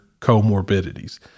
comorbidities